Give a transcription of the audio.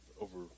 over